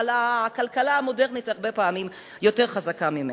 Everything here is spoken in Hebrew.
אבל הכלכלה המודרנית הרבה פעמים יותר חזקה ממני.